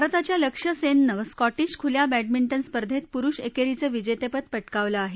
भारताच्या लक्ष्य सेननं स्कोटिश खुल्या बॅडमिंटन स्पर्धेत पुरुष एकेरीच विजेतं पद पटकावलं आहे